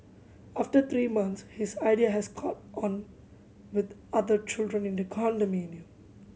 after three months his idea has caught on with other children in the condominium